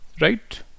Right